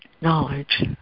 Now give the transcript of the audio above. knowledge